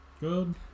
Good